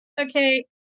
Okay